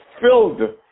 filled